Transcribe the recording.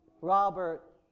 Robert